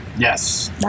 Yes